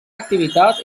activitat